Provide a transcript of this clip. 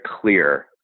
clear